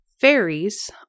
Fairies